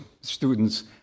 students